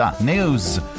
.news